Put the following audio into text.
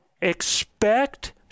Expect